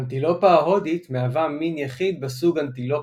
האנטילופה ההודית מהווה מין יחיד בסוג Antilope,